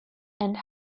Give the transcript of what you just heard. and